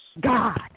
God